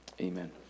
Amen